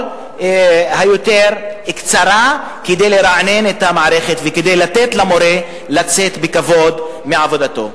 היותר קצרה כדי לרענן את המערכת וכדי לתת למורה לצאת בכבוד מעבודתו.